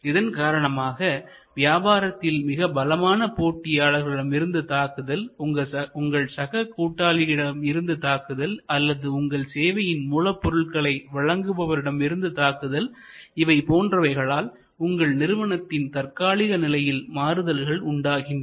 இதன் காரணமாக வியாபாரத்தில் மிக பலமான போட்டியாளரிடமிருந்து தாக்குதல் உங்கள் சக கூட்டாளிகளிடம் இருந்து தாக்குதல் அல்லது உங்கள் சேவையின் மூலப்பொருள்களை வழங்குபவர்களிடமிருந்து தாக்குதல் இவை போன்றவைகளால் உங்கள் நிறுவனத்தின் தற்காலிக நிலையில் மாறுதல்கள் உண்டாகின்றன